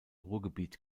ruhrgebiet